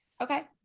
Okay